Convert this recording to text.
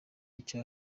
icyo